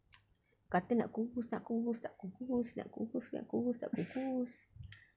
kata nak kurus nak kurus tak kurus-kurus nak kurus nak kurus tak kurus-kurus